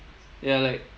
ya like